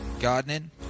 Gardening